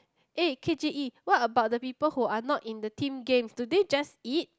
eh K_J_E what about the people who are not in the team games do they just eat